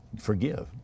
Forgive